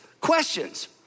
questions